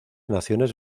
naciones